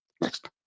Next